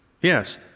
Yes